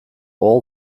all